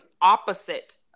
opposite